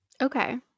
Okay